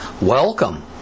Welcome